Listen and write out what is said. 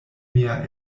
mia